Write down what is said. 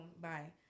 Bye